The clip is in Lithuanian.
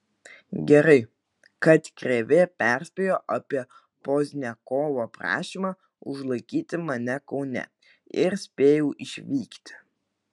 gerai kad krėvė perspėjo apie pozniakovo prašymą užlaikyti mane kaune ir spėjau išvykti